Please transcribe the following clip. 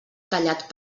tallat